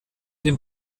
dem